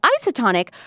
isotonic